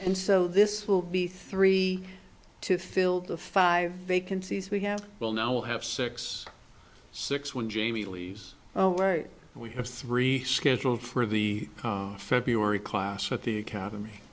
and so this will be three to fill the five vacancies we have will now have six six one jamie lee oh right we have three scheduled for the february class at the academy